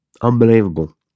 Unbelievable